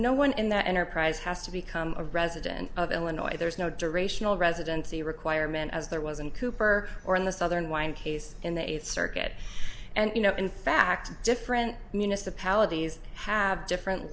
no one in the enterprise has to become a resident of illinois there's no durational residency requirement as there wasn't cooper or in the southern wine case in the eighth circuit and you know in fact different municipalities have different